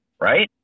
right